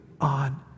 on